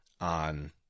on